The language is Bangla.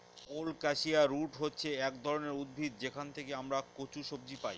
কোলকাসিয়া রুট হচ্ছে এক ধরনের উদ্ভিদ যেখান থেকে আমরা কচু সবজি পাই